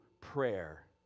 prayer